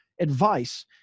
advice